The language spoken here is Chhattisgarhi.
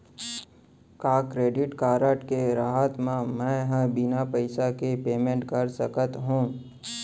का क्रेडिट कारड के रहत म, मैं ह बिना पइसा के पेमेंट कर सकत हो?